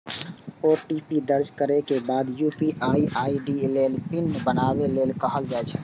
OTP दर्ज करै के बाद यू.पी.आई आई.डी लेल पिन बनाबै लेल कहल जाइ छै